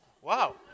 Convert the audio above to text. Wow